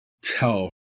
tell